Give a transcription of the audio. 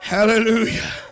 Hallelujah